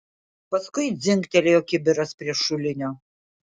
paskui dzingtelėjo kibiras prie šulinio